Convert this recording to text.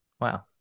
Wow